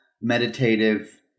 meditative